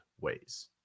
ways